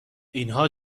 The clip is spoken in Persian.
اینها